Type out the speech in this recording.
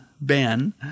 Ben